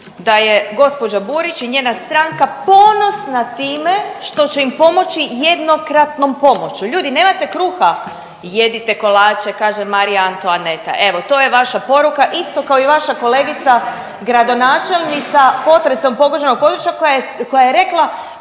da je gđa. Burić i njena stranka ponosna time što će im pomoći jednokratnom pomoći. Ljudi nemate kruha, jedite kolače kaže Marija Antoaneta, evo to je vaša poruka, isto kao i vaša kolegica gradonačelnica potresom pogođenog područja koja je, koja